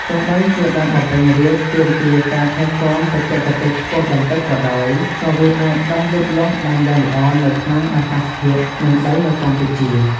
ទោះបីជាដើមបំពេញរាជទាមទារការថែទាំបច្ចេកទេសខ្ពស់បន្តិចក៏ដោយ ក៏វាអាចដុះលូតលាស់បានយ៉ាងល្អនៅក្នុងអាកាសធាតុ និងដីនៅកម្ពុជា។